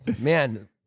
man